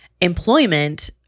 employment